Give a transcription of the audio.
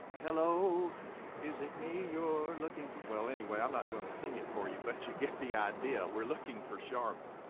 hello is it me you're looking for well anyway, i'm not gonna sing it for you, but you get the idea, we're looking for charmin.